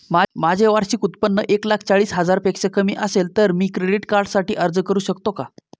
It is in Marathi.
माझे वार्षिक उत्त्पन्न एक लाख चाळीस हजार पेक्षा कमी असेल तर मी क्रेडिट कार्डसाठी अर्ज करु शकतो का?